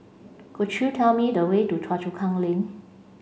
could you tell me the way to Choa Chu Kang Link